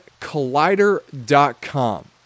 Collider.com